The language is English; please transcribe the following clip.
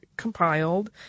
compiled